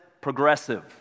progressive